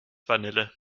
vanille